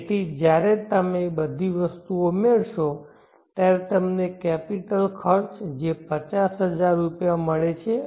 તેથી જ્યારે તમે આ બધી વસ્તુઓ ઉમેરશો ત્યારે તમને કે કેપિટલખર્ચ જે પચાસ હજાર રૂપિયા છે મળે છે